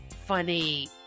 funny